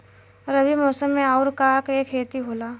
रबी मौसम में आऊर का का के खेती होला?